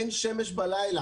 אין שמש בלילה.